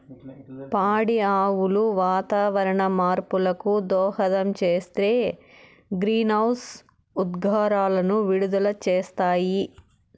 పాడి ఆవులు వాతావరణ మార్పులకు దోహదం చేసే గ్రీన్హౌస్ ఉద్గారాలను విడుదల చేస్తాయి